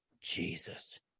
jesus